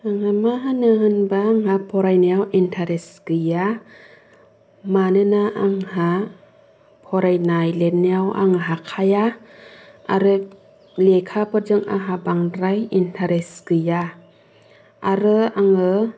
आं मा होननो होनब्ला आंहा फरायनायाव इन्ट्रेस्ट गैया मानोना आंहा फरायनाय लिरनायाव आं हाखाया आरो लेखाफोरजों आंहा बांद्राय इन्ट्रेस्ट गैया आरो आङो